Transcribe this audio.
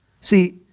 See